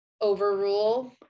overrule